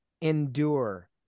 endure